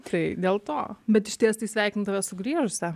tai dėl to bet išties tai sveikinu tave sugrįžusią